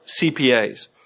CPAs